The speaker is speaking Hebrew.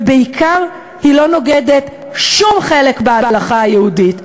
ובעיקר כשהיא לא נוגדת שום חלק בהלכה היהודית,